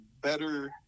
better